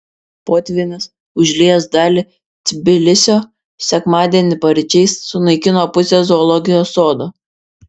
potvynis užliejęs dalį tbilisio sekmadienį paryčiais sunaikino pusę zoologijos sodo